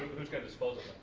who's got disposal